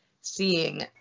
seeing